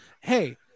Hey